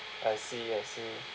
I see I see